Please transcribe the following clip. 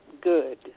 good